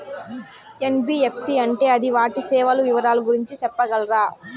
NBFC అంటే అది వాటి సేవలు వివరాలు గురించి సెప్పగలరా?